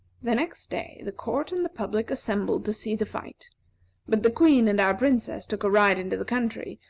the next day, the court and the public assembled to see the fight but the queen and our princess took a ride into the country,